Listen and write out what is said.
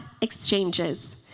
exchanges